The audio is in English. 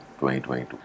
2022